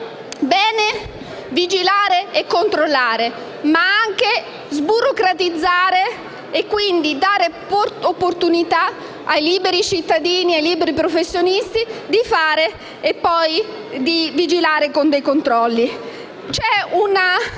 bene vigilare e controllare, ma occorre anche sburocratizzare e quindi dare opportunità ai liberi cittadini e ai professionisti di fare e poi vigilare con i controlli. Vi è